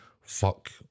fuck